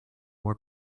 more